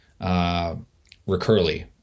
Recurly